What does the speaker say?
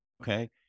okay